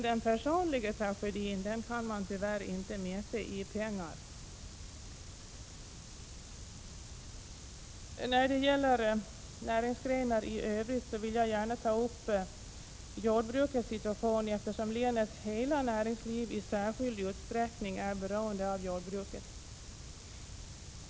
Den personliga tragedin kan tyvärr inte mätas i pengar. Bland övriga näringsgrenars problem vill jag gärna beröra jordbrukets situation, eftersom länets hela näringsliv i särskild utsträckning är beroende av jordbruket.